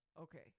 okay